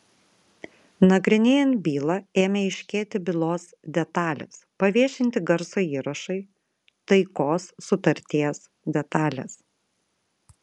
nagrinėjant bylą ėmė aiškėti bylos detalės paviešinti garso įrašai taikos sutarties detalės